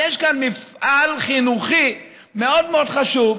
יש כאן מפעל חינוכי מאוד מאוד חשוב,